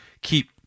keep